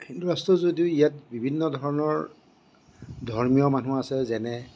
হিন্দু ৰাষ্ট্ৰ যদিও ইয়াত বিভিন্ন ধৰণৰ ধৰ্মীয় মানুহ আছে যেনে